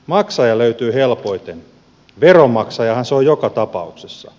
maksaja löytyy helpoiten veronmaksajahan se on joka tapauksessa